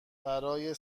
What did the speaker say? برای